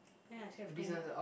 then I still have two more